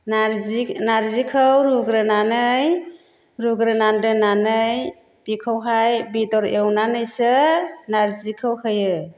नार्जि नार्जिखौ रुग्रोनानै रुग्रोना दोननानै बिखौहाय बेदर एवनानैसो नार्जिखौ होयो